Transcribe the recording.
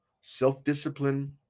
self-discipline